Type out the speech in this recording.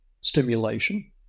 stimulation